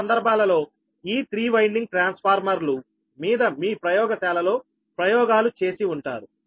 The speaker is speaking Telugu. చాలా సందర్భాలలో ఈ 3 వైండింగ్ ట్రాన్స్ఫార్మర్లు మీద మీ ప్రయోగశాలలో ప్రయోగాలు చేసి ఉంటారు